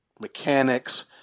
mechanics